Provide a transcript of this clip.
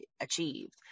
achieved